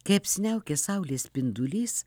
kai apsiniaukė saulės spindulys